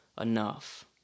enough